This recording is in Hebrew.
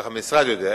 כך המשרד יודע,